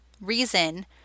reason